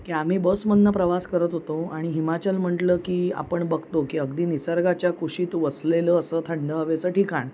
की आम्ही बसमधनं प्रवास करत होतो आणि हिमाचल म्हंटलं की आपण बघतो की अगदी निसर्गाच्या कुशीत वसलेलं असं थंड हवेचं ठिकाण